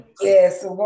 Yes